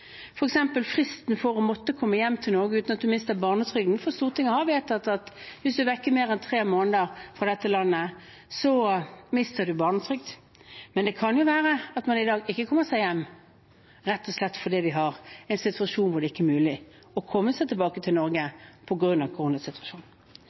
f.eks. fristen for å måtte komme hjem til Norge uten å miste barnetrygden – for Stortinget har vedtatt at hvis man er vekk mer enn tre måneder fra dette landet, mister man barnetrygden. Men det kan jo være at man i dag ikke kommer seg hjem rett og slett fordi vi har en situasjon hvor det ikke er mulig å komme seg tilbake til